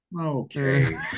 okay